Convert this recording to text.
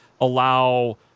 allow